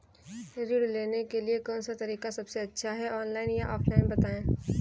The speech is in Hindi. ऋण लेने के लिए कौन सा तरीका सबसे अच्छा है ऑनलाइन या ऑफलाइन बताएँ?